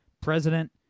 president